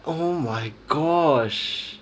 oh my gosh